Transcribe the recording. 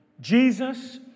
Jesus